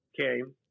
came